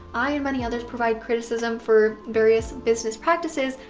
i and many others provide criticism for various business practices,